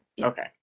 Okay